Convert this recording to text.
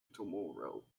tomorrow